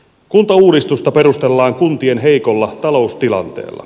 kuntauudistusta perustellaan kuntien heikolla taloustilanteella